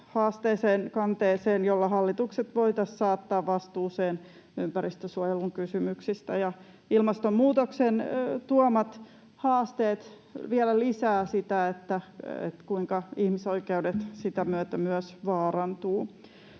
joukkohaasteeseen, ‑kanteeseen, jolla hallitukset voitaisiin saattaa vastuuseen ympäristönsuojelun kysymyksistä. Ilmastonmuutoksen tuomat haasteet vielä lisäävät sitä, kuinka ihmisoikeudet myös sitä myötä vaarantuvat.